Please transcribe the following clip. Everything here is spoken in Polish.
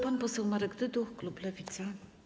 Pan poseł Marek Dyduch, klub Lewica.